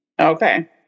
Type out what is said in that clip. okay